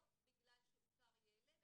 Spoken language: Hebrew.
לא בגלל שאותר ילד,